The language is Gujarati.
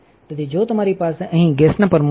તેથી જો તમારી પાસે અહીં ગેસના પરમાણુ નથી